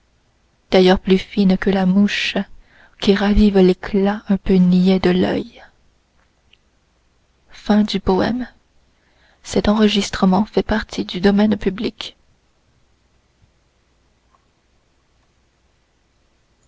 d'ailleurs plus fine que la mouche qui ravive l'éclat un peu niais de l'oeil